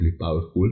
powerful